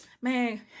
man